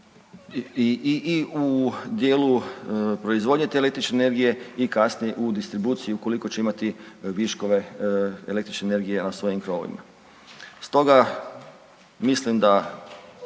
i u dijelu proizvodnje te električne energije i kasnije u distribuciji ukoliko će imati viškove električne energije na svojim krovovima.